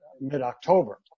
mid-October